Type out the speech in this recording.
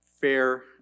fair